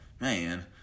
man